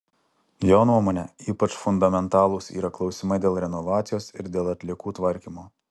jo nuomone ypač fundamentalūs yra klausimai dėl renovacijos ir dėl atliekų tvarkymo